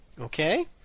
Okay